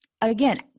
again